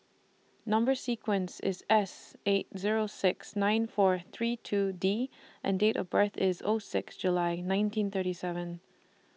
Number sequence IS S eight Zero six nine four three two D and Date of birth IS O six July nineteen thirty seven